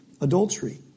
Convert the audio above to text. adultery